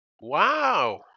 Wow